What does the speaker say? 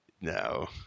No